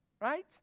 right